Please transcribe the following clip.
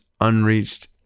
unreached